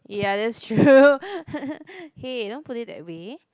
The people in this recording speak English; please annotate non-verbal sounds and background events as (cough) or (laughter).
ya that's true (laughs) hey don't put it that way